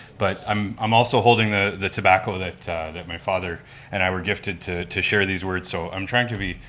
but i'm i'm also holding the the tobacco that that my father and i were gifted to to share these words, so i'm trying to be,